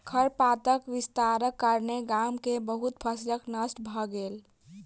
खरपातक विस्तारक कारणेँ गाम में बहुत फसील नष्ट भ गेल